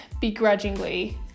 begrudgingly